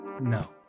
No